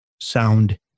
sound